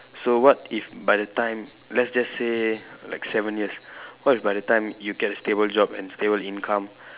so what if by the time let's just say like seven years what if by the time you get a stable job and stable income